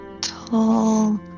tall